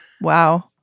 Wow